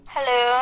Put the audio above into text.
Hello